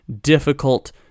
difficult